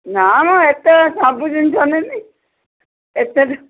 ନା ମ ଏତେ ସବୁ ଜିନିଷ ନେଲି ଏତେ